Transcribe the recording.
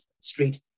street